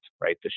right